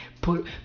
put